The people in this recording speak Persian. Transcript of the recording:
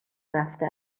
رفته